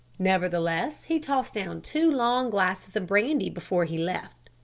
nevertheless, he tossed down two long glasses of brandy before he left.